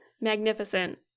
magnificent